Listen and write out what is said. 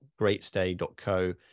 greatstay.co